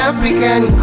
African